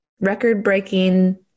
Record-breaking